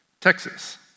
Texas